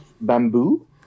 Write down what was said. bamboo